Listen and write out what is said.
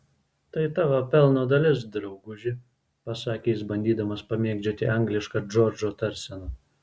tai tavo pelno dalis drauguži pasakė jis bandydamas pamėgdžioti anglišką džordžo tarseną